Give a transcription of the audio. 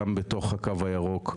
גם בתוך הקו הירוק,